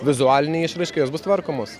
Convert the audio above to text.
vizualinę išraišką jos bus tvarkomos